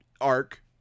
arc